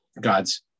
God's